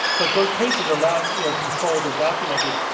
but those cases are not you know controlled or documented,